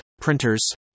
printers